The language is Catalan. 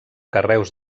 carreus